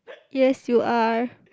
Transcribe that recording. yes you are